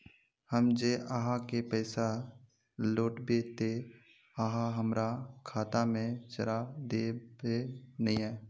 हम जे आहाँ के पैसा लौटैबे ते आहाँ हमरा खाता में चढ़ा देबे नय?